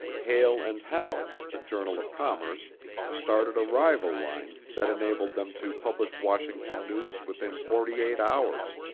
hale and hallock of the journal of commerce started a rival line that enabled them to publish washington news within forty-eight hours,